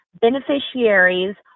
beneficiaries